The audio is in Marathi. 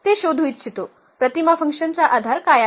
ते शोधू इच्छितो प्रतिमा F चा आधार काय आहे